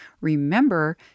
Remember